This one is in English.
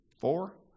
four